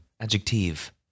Adjective